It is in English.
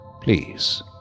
Please